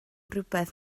rhywbeth